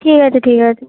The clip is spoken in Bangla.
ঠিক আছে ঠিক আছে